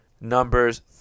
numbers